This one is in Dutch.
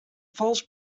vals